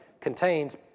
contains